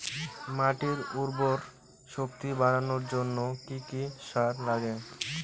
মাটির উর্বর শক্তি বাড়ানোর জন্য কি কি সার লাগে?